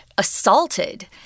assaulted